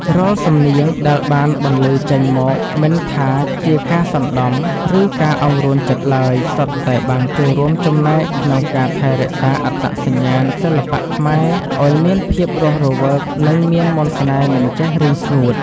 រាល់សំនៀងដែលបានបន្លឺចេញមក មិនថាជាការសណ្តំ ឬការអង្រួនចិត្តឡើយ សុទ្ធតែបានចូលរួមចំណែកក្នុងការថែរក្សាអត្តសញ្ញាណសិល្បៈខ្មែរឱ្យមានភាពរស់រវើក និងមានមន្តស្នេហ៍មិនចេះរីងស្ងួត។